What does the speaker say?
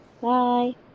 Bye